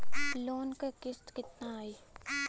Loan क किस्त कितना आई?